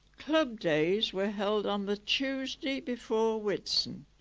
club days were held on the tuesday before whitsun.